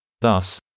Thus